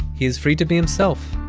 he is free to be himself.